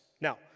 Now